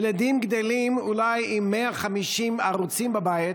ילדים גדלים אולי עם 150 ערוצים בבית